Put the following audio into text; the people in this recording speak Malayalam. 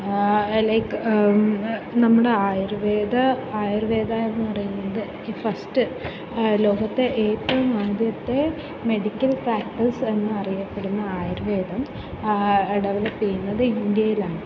ലൈക് നമ്മുടെ ആയുർവേദ ആയുർവേദാ എന്നു പറയുന്നത് ഈ ഫസ്റ്റ് ലോകത്തെ ഏറ്റവും ആദ്യത്തെ മെഡിക്കൽ പ്രാക്ടീസ് എന്നറിയപ്പെടുന്ന ആയുർവേദം ഡെവലപ്പ് ചെയ്യുന്നത് ഇന്ത്യയിലാണ്